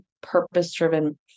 purpose-driven